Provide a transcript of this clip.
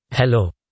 Hello